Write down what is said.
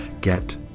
get